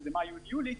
שזה מאי-יוני-יולי.